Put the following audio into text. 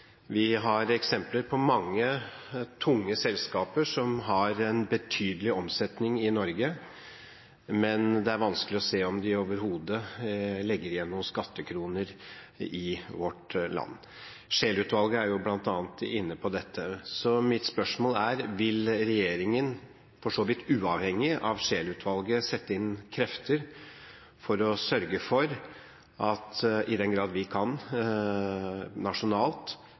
Vi har eksempler på mange tunge selskaper som har en betydelig omsetning i Norge, men det er vanskelig å se om de overhodet legger igjen noen skattekroner i vårt land. Scheel-utvalget er bl.a. inne på dette. Mitt spørsmål er: Vil regjeringen – for så vidt uavhengig av Scheel-utvalget – sette inn krefter for å sørge for, i den grad vi kan nasjonalt,